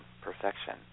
perfection